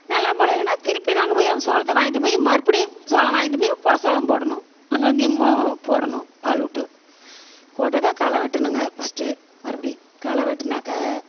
நல்லா முளையிலனா திருப்பி நாங்கள் போய் அந்த சோளத்தை வாங்கிட்டு போய் மறுபடியும் சோளம் வாங்கிட்டு போய் புது சோளம் போடணும் அங்கங்கேயும் போ போடணும் ஆள் விட்டு போட்டாக்க களை வெட்டணுங்க ஃபஸ்ட்டு மறுபடி களை வெட்டுனாக்க